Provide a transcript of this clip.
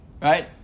Right